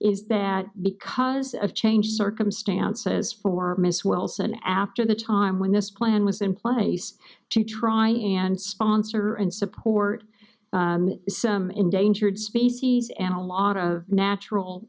is that because of changed circumstances for miss wilson after the time when this plan was in place to try and sponsor and support some endangered species and a lot of